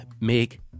make